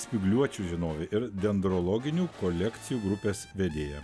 spygliuočių žinovė ir dendrologinių kolekcijų grupės vedėja